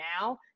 now